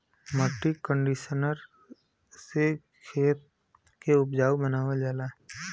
मट्टी कंडीशनर से खेत के उपजाऊ बनावल जाला